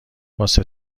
واسه